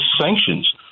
sanctions